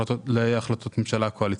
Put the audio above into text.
להחלטות ממשלה קואליציוניות.